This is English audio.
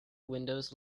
windows